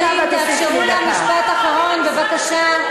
יש שנת שירות, תאפשרו לה משפט אחרון, בבקשה.